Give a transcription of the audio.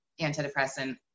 antidepressant